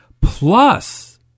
Plus